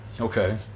okay